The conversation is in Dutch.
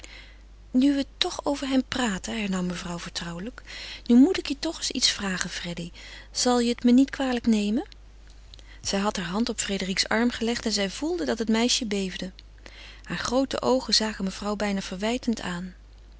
nu we toch over hem praten hernam mevrouw vertrouwelijk nu moet ik je toch eens iets vragen freddy zal je het me niet kwalijk nemen zij had hare hand op frédérique's arm gelegd en zij voelde dat het meisje beefde heure groote oogen zagen mevrouw bijna verwijtend aan